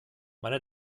meine